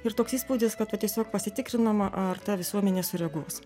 ir toks įspūdis kad va tiesiog pasitikrinama ar ta visuomenė sureaguos